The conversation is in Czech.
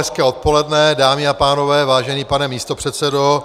Hezké odpoledne, dámy a pánové, vážený pane místopředsedo.